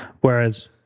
Whereas